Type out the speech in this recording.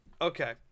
Okay